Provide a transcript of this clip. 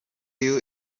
you